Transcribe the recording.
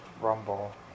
rumble